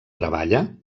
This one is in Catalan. treballa